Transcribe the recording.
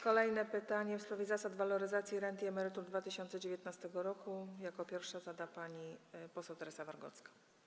Kolejne pytanie w sprawie zasad waloryzacji rent i emerytur w 2019 r. jako pierwsza zada pani poseł Teresa Wargocka.